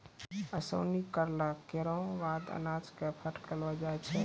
ओसौनी करला केरो बाद अनाज क फटकलो जाय छै